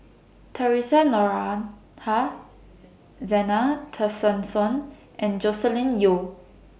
Theresa Noronha Zena Tessensohn and Joscelin Yeo